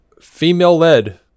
female-led